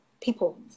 people